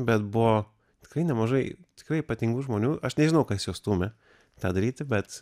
bet buvo tikrai nemažai tikrai ypatingų žmonių aš nežinau kas juos stūmė tą daryti bet